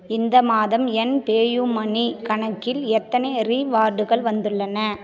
இந்த மாதம் என் பேயூமனி கணக்கில் எத்தனை ரிவார்டுகள் வந்துள்ளன